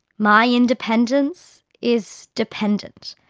my independence is dependent.